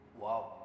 Wow